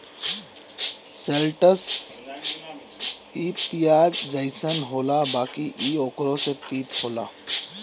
शैलटस इ पियाज जइसन होला बाकि इ ओकरो से तीत होला